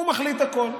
הוא מחליט הכול.